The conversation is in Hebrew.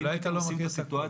אולי אתה לא מכיר את הפרטים?